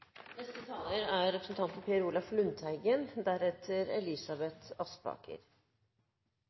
Neste taler er representanten